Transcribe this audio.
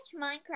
Minecraft